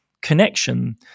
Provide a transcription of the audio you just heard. connection